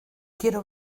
quiero